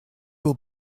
will